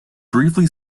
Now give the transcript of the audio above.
briefly